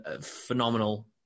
phenomenal